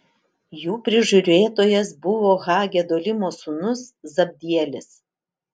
jų prižiūrėtojas buvo ha gedolimo sūnus zabdielis